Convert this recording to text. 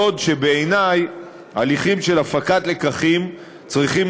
בעוד שבעיני הליכים של הפקת לקחים צריכים